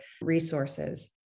resources